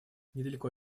недалеко